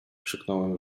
krzyknąłem